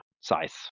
size